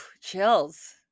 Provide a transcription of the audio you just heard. chills